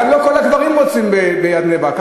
גם לא כל הגברים רוצים להיות בעיריית בני-ברק,